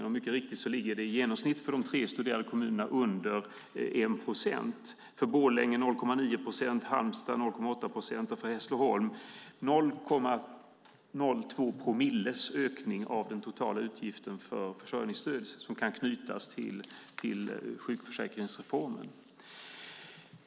För de tre studerade kommunerna ligger det i genomsnitt under 1 procent. För Borlänge är det 0,9 procents, för Halmstad 0,8 procents och för Hässleholm 0,02 promilles ökning av den totala utgiften för försörjningsstöd som kan knytas till sjukförsäkringsreformen.